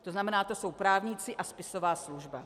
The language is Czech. To znamená, že jsou to právníci a spisová služba.